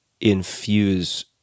infuse